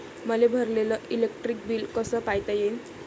मले भरलेल electric bill कस पायता येईन?